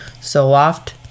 Soloft